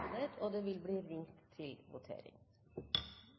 og det vil